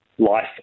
life